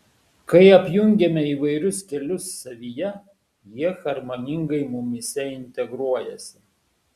kai apjungiame įvairius kelius savyje jie harmoningai mumyse integruojasi